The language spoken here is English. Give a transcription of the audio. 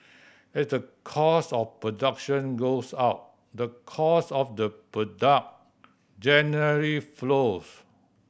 as the cost of production goes up the cost of the product generally flows